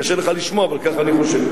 קשה לך לשמוע, אבל ככה אני חושב.